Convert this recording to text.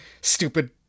stupid